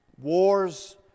Wars